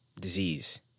disease